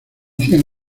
cien